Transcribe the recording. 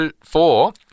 four